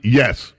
yes